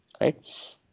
right